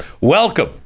Welcome